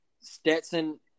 Stetson